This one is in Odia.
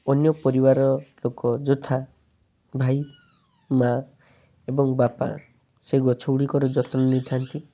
ଅନ୍ୟ ପରିବାର ଲୋକ ଯଥା ଭାଇ ମାଁ ଏବଂ ବାପା ସେଇ ଗଛ ଗୁଡ଼ିକର ଯତ୍ନ ନେଇଥାନ୍ତି